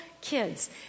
kids